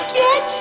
get